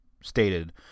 Stated